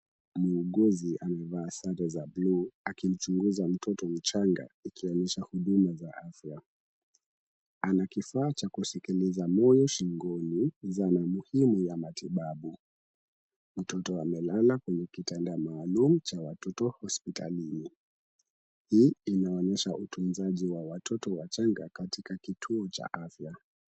Muuguzi amevaa sare za bluu, akichunguza mtoto mchanga, ikionyesha huduma za afya. Ana kifaa cha kusikiliza moyo shingoni, zana muhimu ya matibabu. Mtoto amelala kwenye kitanda maalum cha watoto hospitalini. Hii inaonyesha utunzaji wa watoto wachanga kwenye kituo cha afya.